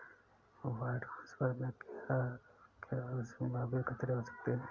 Wire transfer में क्या क्या संभावित खतरे हो सकते हैं?